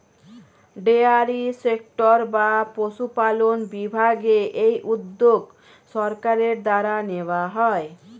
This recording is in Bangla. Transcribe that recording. ডেয়ারি সেক্টর বা পশুপালন বিভাগে এই উদ্যোগ সরকারের দ্বারা নেওয়া হয়